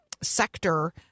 sector